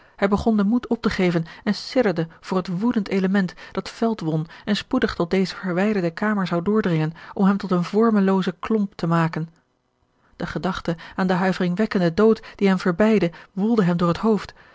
hij begon den moed op te geven en sidderde voor het woedend element dat veld won en spoedig tot deze verwijderde kamer zou doordringen om hem tot een vormeloozen klomp te maken de gedachte aan den huiveringwekkenden dood die hem verbeidde woelde hem door het hoofd